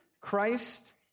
Christ